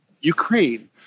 Ukraine